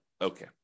Okay